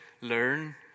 learn